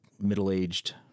middle-aged